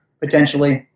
potentially